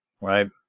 right